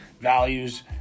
values